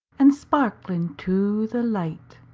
and sparklin' to the light.